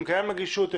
אם קיימת נגישות וכולי.